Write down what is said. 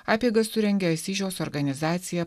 apeigas surengė asyžiaus organizacija